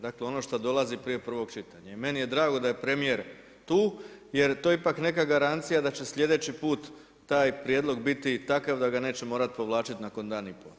Dakle, ono što dolazi prije prvog čitanja i meni je drago da je premijer tu, jer to je ipak neka garancija da će sljedeći put taj prijedlog biti takav da ga neće morati povlačiti nakon dan i pol.